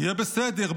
יהיה בסדר.